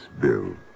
bill